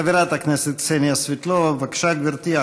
חברת הכנסת קסניה סבטלובה, בבקשה, גברתי.